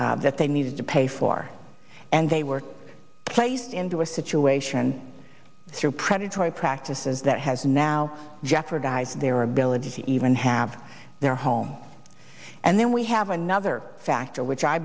bills that they needed to pay for and they were placed into a situation through predatory practices that has now jeopardize their ability to even have their home and then we have another factor which i